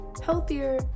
healthier